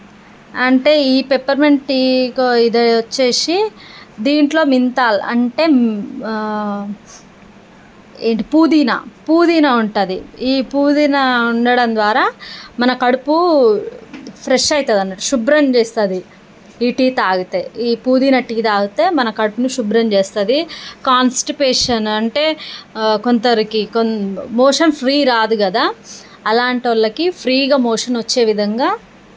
అంటే ఈ peppermint tea ఇది వచ్చేసి దీంట్లో మింతాల్ అంటే ఏంటి పుదీనా పుదీనా ఉంటుంది ఈ పుదీనా ఉండడం ద్వారా మన కడుపు ఫ్రెష్ అవుతుంది అన్నట్టు శుభ్రం చేస్తుంది టీ తాగితే ఈ పుదీనా టీ తాగితే మన కడుపుని శుభ్రం చేస్తుంది కాన్స్పిరేషన్ అంటే కొందరికి కొం మోషన్ ఫ్రీ రాదు కదా అలాంటి వాళ్ళకి ఫ్రీగా మోషన్ వచ్చే విధంగా